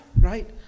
right